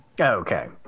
Okay